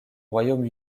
royaume